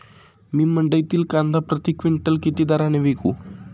मी मंडईतील कांदा प्रति क्विंटल किती दराने विकू?